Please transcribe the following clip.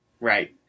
Right